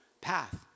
path